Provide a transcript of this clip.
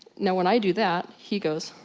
now when i do that, he goes,